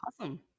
awesome